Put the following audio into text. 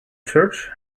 church